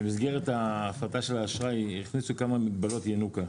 במסגרת ההסטה של האשראי הכניסו כמה מגבלות ינוקא.